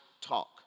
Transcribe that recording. talk